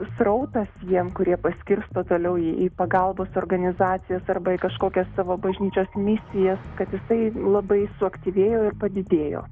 srautas jiem kurie paskirsto toliau į pagalbos organizacijas arba kažkokias savo bažnyčios misijas kad jisai labai suaktyvėjo padidėjo